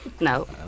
No